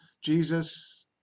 Jesus